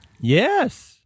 Yes